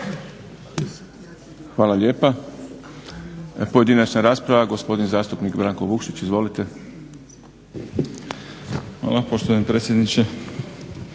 Hvala lijepa. Pojedinačna rasprava, gospodin zastupnik Branko Vukšić. Izvolite. **Vukšić, Branko